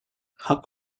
how